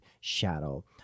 shadow